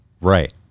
right